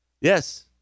Yes